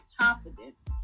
confidence